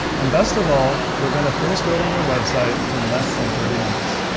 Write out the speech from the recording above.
and best of all, we're going to finish building your website in less than thirty minutes.